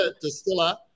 distiller